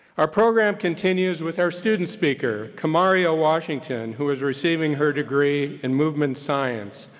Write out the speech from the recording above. our program continues with our student speaker, kamaria washington, who is receiving her degree in movement science.